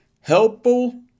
helpful